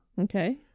Okay